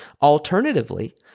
Alternatively